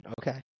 okay